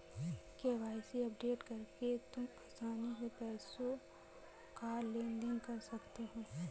KYC update करके तुम आसानी से पैसों का लेन देन कर सकते हो